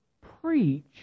preach